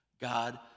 God